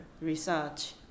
research